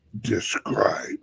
describe